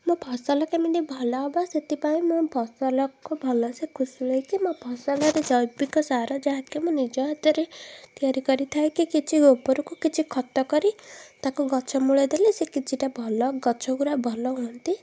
ମୋ ଫସଲ କେମିତି ଭଲ ହେବ ସେଥିପାଇଁ ମୁଁ ଫସଲକୁ ଭଲକି ଖୁସୁଳେଇକି ମୋ ଫସଲରେ ଜୈବିକ ସାର ଯାହାକି ମୁଁ ମୋ ନିଜ ହାତରେ ତିଆରି କରିଥାଏ କି କିଛି ଗୋବରକୁ ଖତ କରି ତାକୁ ଗଛମୂଳେ ଦେଲେ ସେ କିଛିଟା ଭଲ ଗଛଗୁରା ଭଲ ହୁଅନ୍ତି